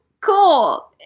cool